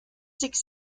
six